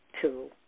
two